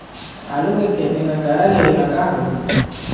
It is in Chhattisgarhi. आलू के खेती म करा गिरेले का होही?